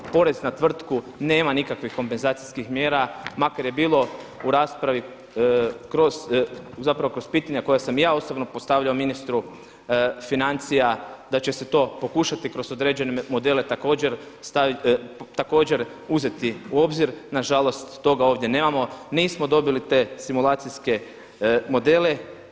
Porez na tvrtku nema nikakvih kompenzacijskih mjera makar je bilo u raspravi kroz pitanja koja sam ja osobno postavljao ministru financija da će se to pokušati kroz određene modele također uzeti u obzir, nažalost, toga ovdje nemamo, nismo dobili te simulacijske modele.